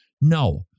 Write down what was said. No